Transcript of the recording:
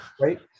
Right